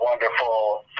wonderful